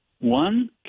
One